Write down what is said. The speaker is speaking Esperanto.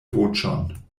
voĉon